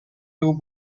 two